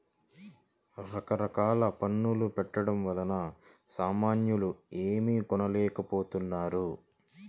రకరకాల పన్నుల పెట్టడం వలన సామాన్యులు ఏమీ కొనలేకపోతున్నారు